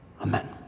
Amen